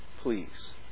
Please